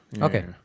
Okay